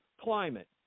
climate